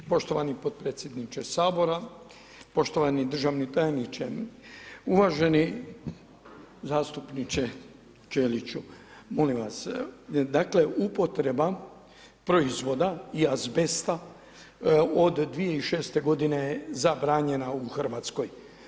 Poštovani potpredsjedniče Sabora, poštovani državni tajniče, uvaženi zastupniče Ćeliću molim vas, dakle upotreba proizvoda i azbesta od 2006. godine je zabranjena u Hrvatskoj.